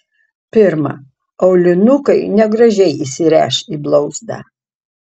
pirma aulinukai negražiai įsiręš į blauzdą